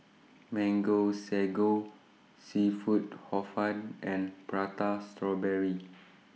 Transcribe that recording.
Mango Sago Seafood Hor Fun and Prata Strawberry